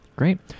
Great